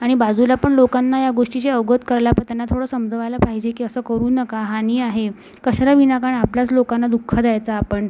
आणि बाजूला पण लोकांना या गोष्टीशी अवगत करायला हवं त्यांना थोडं समजवायला पाहिजे की असं करू नका हानी आहे कशाला विनाकारण आपल्याच लोकांना दुःख द्यायचं आपण